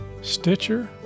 Stitcher